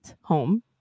home